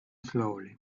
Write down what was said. slowly